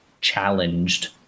challenged